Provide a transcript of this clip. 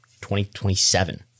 2027